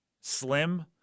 slim